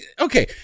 Okay